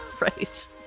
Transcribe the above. right